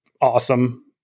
awesome